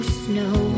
snow